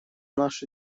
наши